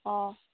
অঁ